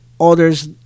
others